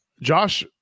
Josh